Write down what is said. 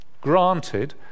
granted